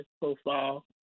profile